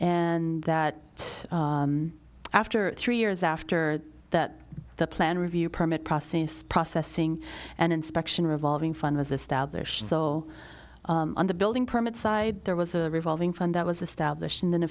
and that after three years after that the plan review permit process processing and inspection revolving fund was established so the building permit side there was a revolving fund that was